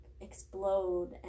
explode